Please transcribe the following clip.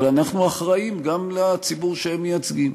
אבל אנחנו אחראים גם לציבור שהם מייצגים,